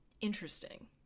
Interesting